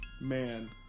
man